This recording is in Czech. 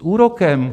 S úrokem.